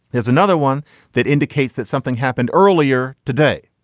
here's another one that indicates that something happened earlier today.